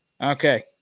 okay